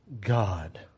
God